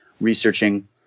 researching